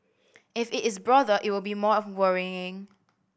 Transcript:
if it is broader it would be more of worrying